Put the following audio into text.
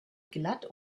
glatt